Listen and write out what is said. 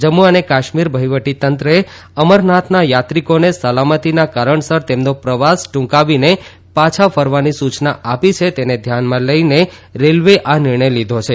જમ્મુ અને કાશ્મીર વહિવટીતંત્રે અમરનાથના યાત્રિકોને સલામતીના કારણસર તેમનો પ્રવાસ ટુંકાવીને પાછા ફરવાની સૂચના આપી છે તેને ધ્યાનમાં લઇને રેલવેએ આ નિર્ણય લીધો છે